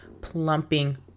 plumping